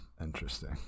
Interesting